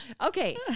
Okay